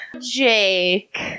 Jake